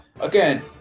Again